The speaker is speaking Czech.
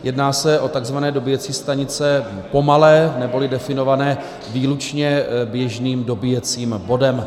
Jedná se o takzvané dobíjecí stanice pomalé, neboli definované výlučně běžným dobíjecím bodem.